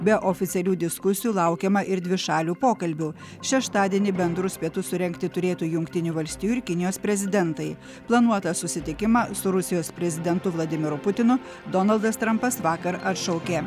be oficialių diskusijų laukiama ir dvišalių pokalbių šeštadienį bendrus pietus surengti turėtų jungtinių valstijų ir kinijos prezidentai planuotą susitikimą su rusijos prezidentu vladimiru putinu donaldas trampas vakar atšaukė